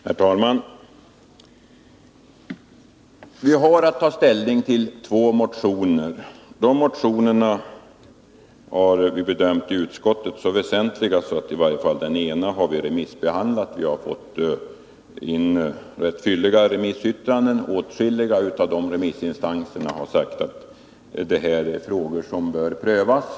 Herr talman! Vi har att ta ställning till två motioner som utskottet har bedömt som mycket viktiga. Den ena av dem hart.o.m. remissbehandlats, varvid ganska fylliga yttranden har inkommit. Åtskilliga remissinstanser har sagt att de frågor som tas upp bör prövas.